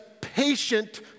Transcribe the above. patient